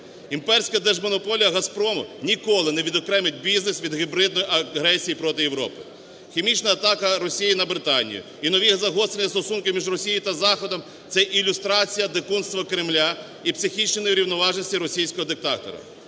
Імперська держмонополія "Газпрому" ніколи не відокремить бізнес від гібридної агресії проти Європи. Хімічна атака Росії на Британію і нові загострення стосунків між Росією та Заходом – це ілюстрація дикунства Кремля і психічної неврівноваженості російського диктатора.